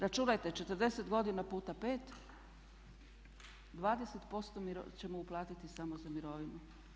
Računajte, 40 godina puta 5, 20% ćemo uplatiti samo za mirovine.